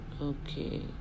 okay